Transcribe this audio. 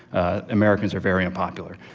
ah americans are very unpopular.